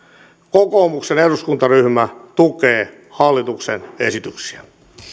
kokoomuksen eduskuntaryhmä tukee hallituksen esityksiä